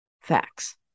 facts